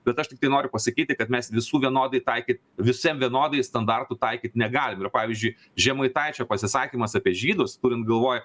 bet aš tiktai noriu pasakyti kad mes visų vienodai taikyt visiem vienodai standartų taikyt negalime yra pavyzdžiui žemaitaičio pasisakymas apie žydus turint galvoj